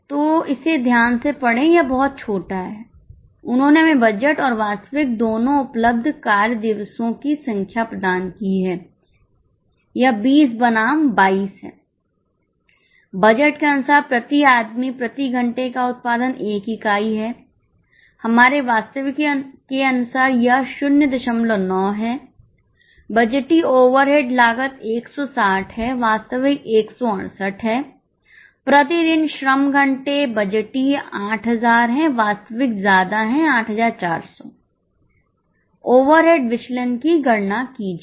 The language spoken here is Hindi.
तो इसे ध्यान से पढ़ें यह बहुत छोटा है उन्होंने हमें बजट और वास्तविक दोनों उपलब्ध कार्य दिवसों की संख्या प्रदान की है यह 20 बनाम 22 है बजट के अनुसार प्रति आदमी प्रति घंटे का उत्पादन 1 इकाई है हमारे वास्तविक के अनुसार यह 09 है बजटीय ओवरहेड लागत 160 है वास्तविक 168 है प्रति दिन श्रम घंटे बजटीय 8000 है वास्तविक ज्यादा है 8400 ओवरहेड विचलन की गणना कीजिए